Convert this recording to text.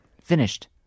Finished